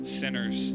sinners